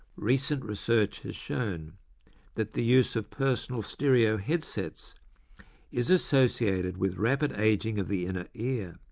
recent research has shown that the use of personal stereo headsets is associated with rapid aging of the inner ear,